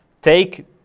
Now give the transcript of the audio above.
take